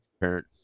parent